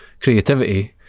creativity